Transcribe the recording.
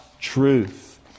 truth